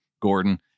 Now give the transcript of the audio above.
Gordon